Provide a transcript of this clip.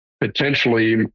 potentially